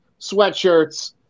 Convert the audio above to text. sweatshirts